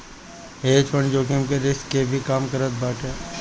hedge fund जोखिम के risk के भी कम करत बाटे